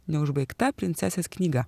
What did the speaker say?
neužbaigta princesės knyga